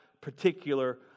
particular